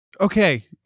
Okay